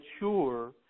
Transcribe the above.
mature